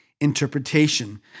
interpretation